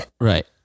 Right